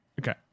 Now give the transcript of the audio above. Okay